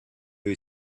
who